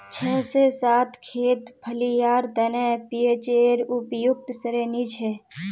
छह से सात खेत फलियार तने पीएचेर उपयुक्त श्रेणी छे